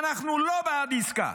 אנחנו לא בעד עסקה.